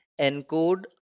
encode